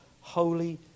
Holy